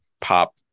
pop